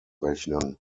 rechnen